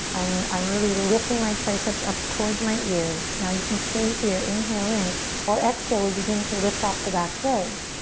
i'm i'm really lifting my triceps up towards my ears. now you can stay here. inhale in or exhale, we begin to lift off the back leg.